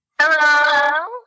Hello